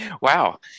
Wow